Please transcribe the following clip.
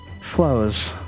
flows